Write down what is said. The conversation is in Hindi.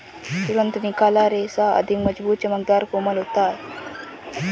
तुरंत निकाला रेशा अधिक मज़बूत, चमकदर, कोमल होता है